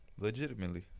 Legitimately